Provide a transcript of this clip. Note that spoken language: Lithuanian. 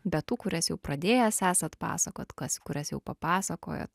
be tų kurias jau pradėjęs esat pasakot kas kurias jau papasakojot